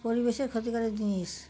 পরিবেশের ক্ষতিকর জিনিস